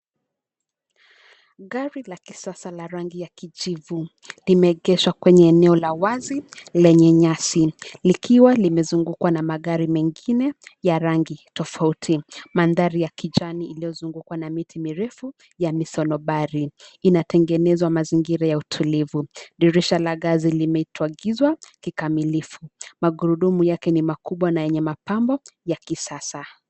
Gari la kisasa la rangi ya kijivu. Limeegeshwa kwenye eneo la wazi, lenye nyasi, likiwa limezungukwa na magari mengine ya rangi tofauti. Mandhari ya kijani iliyozungukwa na miti mirefu ya misonobari, inatengenezwa mazingira ya utulivu. Dirisha la ngazi limetwagizwa kikamilifu. Magurudumu yake ni makubwa na yenye mapambo ya kisasa.